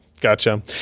gotcha